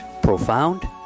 profound